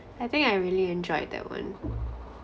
I think I really enjoyed that one